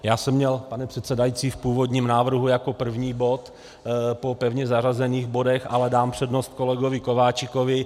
Já jsem to měl, pane předsedající, v původním návrhu jako první bod po pevně zařazených bodech, ale dám přednost kolegovi Kováčikovi.